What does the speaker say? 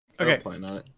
Okay